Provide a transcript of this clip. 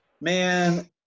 Man